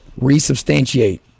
resubstantiate